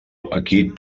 aquí